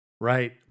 right